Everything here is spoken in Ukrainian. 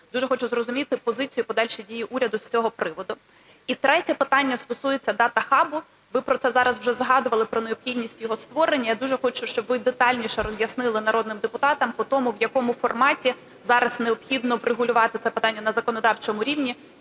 Дуже хочу зрозуміти позицію і подальші дії уряду з цього приводу. І третє питання стосується DataHub. Ви про це зараз вже згадували про необхідність його створення. Я дуже хочу, щоб ви детальніше роз'яснили народним депутатам по тому, в якому форматі зараз необхідно врегулювати це питання на законодавчому рівні,